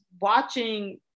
watching